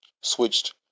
switched